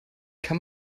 kann